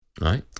Right